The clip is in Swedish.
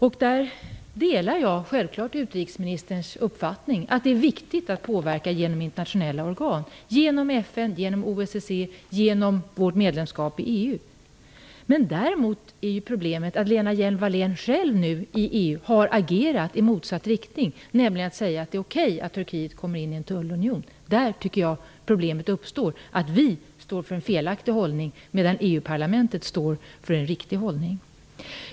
Jag delar självfallet utrikesministerns uppfattning att det är viktigt att påverka genom internationella organ, som FN och OSSE, och genom vårt medlemskap i EU. Däremot är problemet att Lena Hjelm Wallén själv nu i EU har agerat i motsatt riktning, nämligen genom att säga att det är okej att Turkiet kommer in i en tullunion. Där tycker jag att problemet uppstår; vi står för en felaktig hållning, medan EU parlamentet står för en riktig hållning.